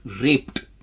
raped